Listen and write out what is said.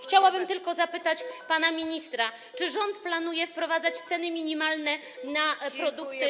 Chciałabym tylko zapytać pana ministra, czy rząd planuje wprowadzać ceny minimalne na produkty.